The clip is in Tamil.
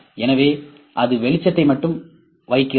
எனவே அது வெளிச்சத்தை மட்டும் வைக்கிறது